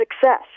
success